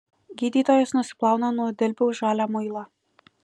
gydytojas nusiplauna nuo dilbių žalią muilą